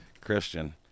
Christian